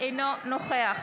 אינו נוכח